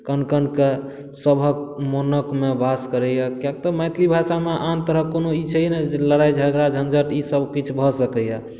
कन कन के सभक मोन मे वास करैया किआकि तऽ मैथिली भाषा मे आन तरहक कोनो ई छैयै नहि जे लड़ाइ झगड़ा झँझट ई सभ किछु भऽ सकैया